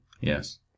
Yes